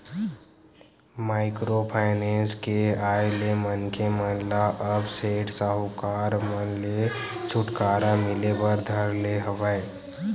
micro finance के आय ले मनखे मन ल अब सेठ साहूकार मन ले छूटकारा मिले बर धर ले हवय